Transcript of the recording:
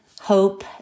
hope